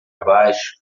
baixo